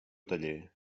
taller